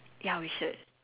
ya